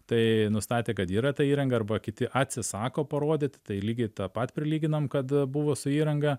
tai nustatė kad yra ta įranga arba kiti atsisako parodyti tai lygiai tą pat prilyginam kad buvo su įranga